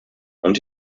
und